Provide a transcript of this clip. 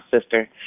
sister